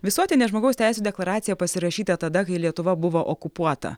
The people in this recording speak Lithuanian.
visuotinė žmogaus teisių deklaracija pasirašytą tada kai lietuva buvo okupuota